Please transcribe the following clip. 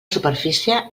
superfície